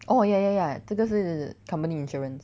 orh ya ya ya 这个是 company insurance